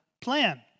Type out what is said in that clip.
plan